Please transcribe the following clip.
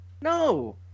No